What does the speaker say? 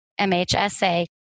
MHSA